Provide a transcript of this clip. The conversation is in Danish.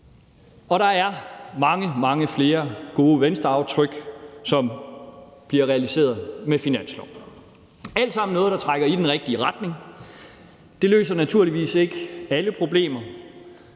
Der er mange, mange flere gode Venstreaftryk, som bliver realiseret med forslaget til finanslov, og det er alt sammen noget, der trækker i den rigtige retning. Men det løser naturligvis ikke alle problemer.